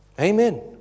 Amen